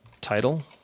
title